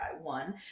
One